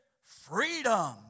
freedom